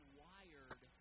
wired